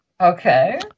okay